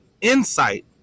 insight